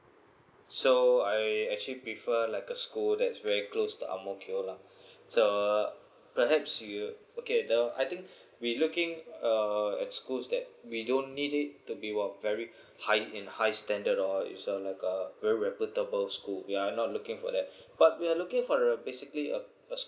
so I actually prefer like a school that is very close to ang mo kio lah so uh perhaps you okay the I think we looking uh at schools that we don't need it to be of a very high in high standard or is uh like a very reputable school we are not looking for that but we're looking for uh basically a